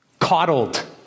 coddled